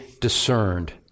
discerned